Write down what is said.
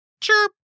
Chirp